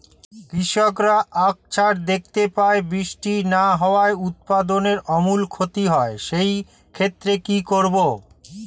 কৃষকরা আকছার দেখতে পায় বৃষ্টি না হওয়ায় উৎপাদনের আমূল ক্ষতি হয়, সে ক্ষেত্রে কি করব?